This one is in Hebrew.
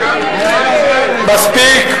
מספיק.